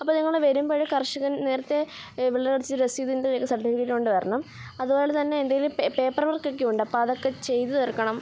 അപ്പോൾ നിങ്ങൾ വരുമ്പോൾ കർഷകൻ നേരത്തെ വിളയുടെ അടച്ച രസീതിൻ്റെ ഒക്കെ സർട്ടിഫിക്കറ്റുണ്ട് വരണം അതുപോലെ തന്നെ എൻ്റെ കയ്യിൽ പേ പേപ്പർ വർക്കൊക്കെയുണ്ട് അപ്പതൊക്കെ ചെയ്തു തീർക്കണം